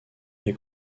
est